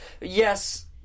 Yes